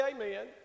amen